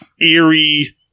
eerie